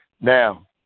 Now